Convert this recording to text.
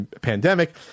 Pandemic